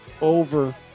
over